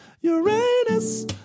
Uranus